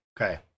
Okay